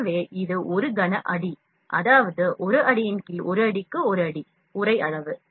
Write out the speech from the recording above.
எனவே இது 1 கன அடி அதாவது 1 அடி 1 அடி 1 அடி உறை அளவு